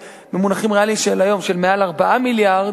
במונחים ריאליים של היום של מעל 4 מיליארד,